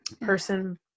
person